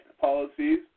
policies